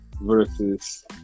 versus